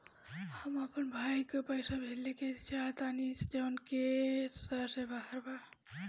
हम अपन भाई को पैसा भेजे के चाहतानी जौन शहर से बाहर रहेला